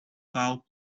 foul